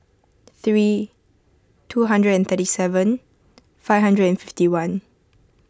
three two hundred and thirty seven five hundred and fifty one